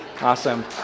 awesome